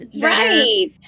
right